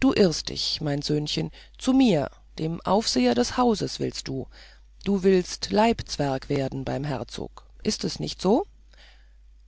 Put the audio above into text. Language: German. du irrst dich mein söhnchen zu mir dem aufseher des hauses willst du du willst leibzwerg werden beim herzog ist es nicht also